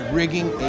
rigging